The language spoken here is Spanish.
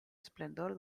esplendor